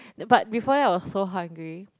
but before that I was so hungry